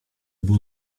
był